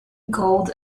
gold